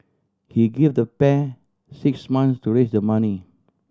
he gave the pair six months to raise the money